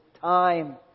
time